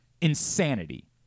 insanity